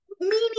Meaning